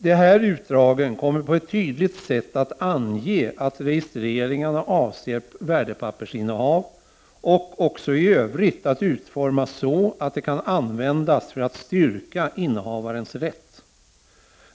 De här utdragen kommer på ett tydligt sätt att ange att registreringarna avser värdepappersinnehav och också i övrigt att utformas så att de kan användas för att styrka innehavarens rätt.